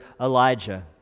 Elijah